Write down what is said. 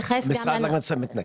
המשרד להגנת הסביבה מתנכל לכם?